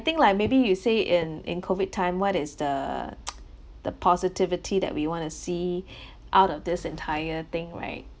think like maybe you say in in COVID time what is the the positivity that we want to see out of this entire thing right